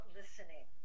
listening